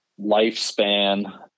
lifespan